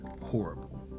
horrible